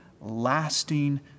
lasting